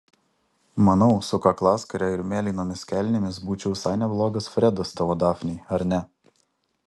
manau su kaklaskare ir mėlynomis kelnėmis būčiau visai neblogas fredas tavo dafnei ar ne